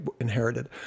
inherited